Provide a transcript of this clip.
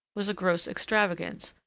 was a gross extravagance,